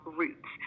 roots